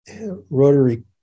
rotary